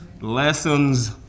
Lessons